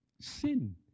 sin